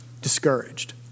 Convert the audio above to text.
discouraged